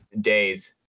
days